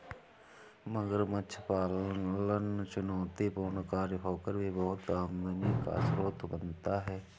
मगरमच्छ पालन चुनौतीपूर्ण कार्य होकर भी बहुत आमदनी का स्रोत बनता है